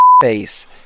face